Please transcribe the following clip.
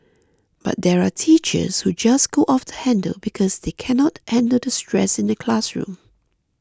but there are teachers who just go off the handle because they can not handle the stress in the classroom